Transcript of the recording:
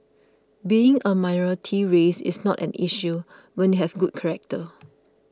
being a minority race is not an issue when you have good character